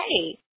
hey